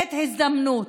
לתת הזדמנות.